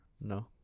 No